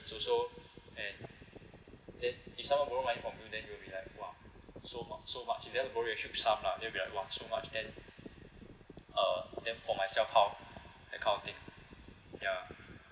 it's also and then if someone borrow money from you then you will be like !wah! so mu~ so much lah they'll be like !wah! so much then uh then for myself how that kind of thing ya